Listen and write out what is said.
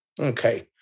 Okay